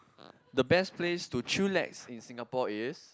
the best place to chillax in Singapore is